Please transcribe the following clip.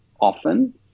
often